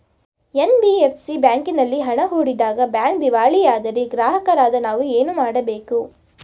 NBFC ಬ್ಯಾಂಕಿನಲ್ಲಿ ಹಣ ಹೂಡಿದಾಗ ಬ್ಯಾಂಕ್ ದಿವಾಳಿಯಾದರೆ ಗ್ರಾಹಕರಾದ ನಾವು ಏನು ಮಾಡಬೇಕು?